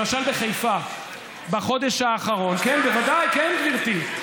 למשל, בחיפה בחודש האחרון, כן, בוודאי, כן, גברתי.